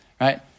right